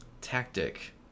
tactic